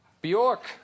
Bjork